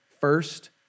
first